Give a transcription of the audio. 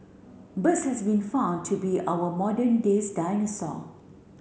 birds has been found to be our modern days dinosaur